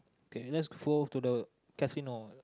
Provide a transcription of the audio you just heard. okay lets for to the casino